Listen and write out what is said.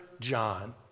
John